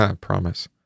Promise